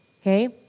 Okay